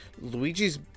Luigi's